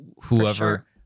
whoever